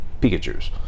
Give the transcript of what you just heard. Pikachus